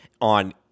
on